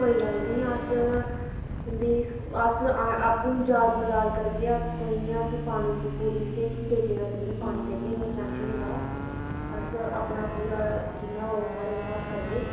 कोई गल्ल नी अस तुंदी अस आपूं जांच पड़ताल करगे अस कोई नी असें पानी पूरी स्हेई तरीके कन्नै तुसेंगी पानी देगे तुस टेंशन नी लैओ अस अपना पूरा जिन्ना होग स्हाढ़े कोला अस करगे